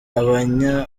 abanya